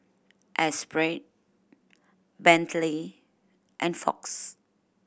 Esprit Bentley and Fox